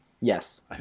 Yes